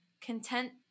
content